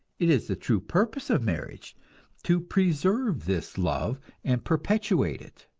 it is the true purpose of marriage to preserve this love and perpetuate it.